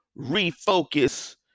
refocus